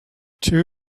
two